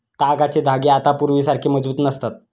तागाचे धागे आता पूर्वीसारखे मजबूत नसतात